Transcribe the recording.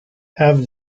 have